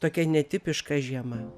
tokia netipiška žiema